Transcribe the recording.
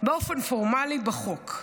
באופן פורמלי בחוק.